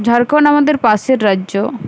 ঝাড়খন্ড আমাদের পাশের রাজ্য